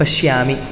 पश्यामि